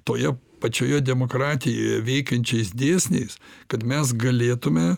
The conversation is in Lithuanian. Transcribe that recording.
toje pačioje demokratijoje veikiančiais dėsniais kad mes galėtume